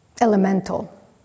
elemental